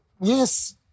Yes